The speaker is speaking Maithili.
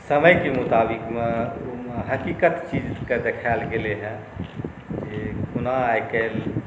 समयके मोताबिकमे हकीकत चीजके देखाएल गेलै हेँ जे कोना आइकाल्हि